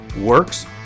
Works